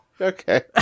okay